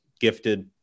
gifted